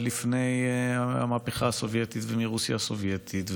לפני המהפכה הסובייטית ומרוסיה הסובייטית,